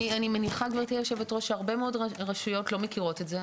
אני מניחה שהרבה רשויות לא מכירות את זה.